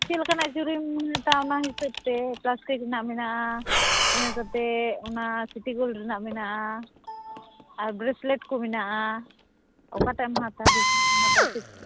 ᱪᱮᱫ ᱞᱮᱠᱟᱱ ᱪᱤᱲᱤᱢ ᱦᱟᱛᱟᱣᱟ ᱚᱱᱟ ᱦᱤᱥᱟᱹᱵ ᱛᱮ ᱯᱞᱟᱥᱴᱤᱠ ᱨᱮᱱᱟᱜ ᱢᱮᱱᱟᱜᱼᱟ ᱤᱱᱟᱹ ᱠᱟᱛᱮᱫ ᱚᱱᱟ ᱥᱤᱴᱤ ᱜᱳᱞ ᱨᱮᱱᱟᱜ ᱢᱮᱱᱟᱜᱼᱟ ᱟᱨ ᱵᱮᱥᱞᱮᱴ ᱠᱚ ᱢᱮᱱᱟᱜᱼᱟ ᱚᱠᱟᱴᱟᱜ ᱮᱢ ᱦᱟᱛᱟᱣᱟ ᱵᱮᱥ